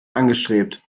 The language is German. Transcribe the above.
angestrebt